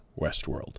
Westworld